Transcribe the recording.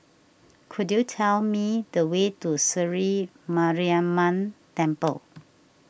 could you tell me the way to Sri Mariamman Temple